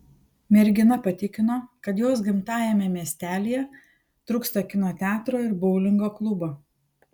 mergina patikino kad jos gimtajame miestelyje trūksta kino teatro ir boulingo klubo